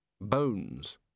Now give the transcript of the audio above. Bones